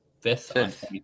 fifth